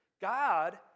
God